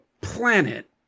planet